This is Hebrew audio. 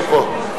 הוא פה.